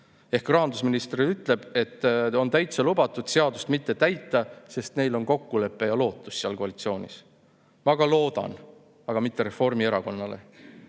Ehk rahandusminister ütleb, et on täitsa lubatud seadust mitte täita, sest neil on kokkulepe ja lootus seal koalitsioonis. Ma ka loodan, aga mitte Reformierakonnale.